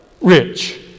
rich